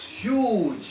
huge